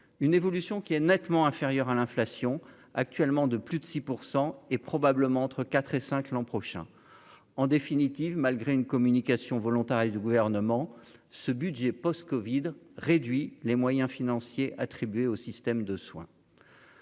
une évolution qui est nettement inférieur à l'inflation actuellement de plus de 6 % et probablement entre 4 et 5 l'an prochain en définitive : malgré une communication volontariste du gouvernement ce budget post-Covid réduit les moyens financiers attribués au système de soins.